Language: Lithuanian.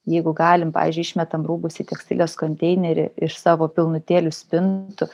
jeigu galim pavyzdžiui išmetam rūbus į tekstilės konteinerį iš savo pilnutėlių spintų